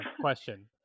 question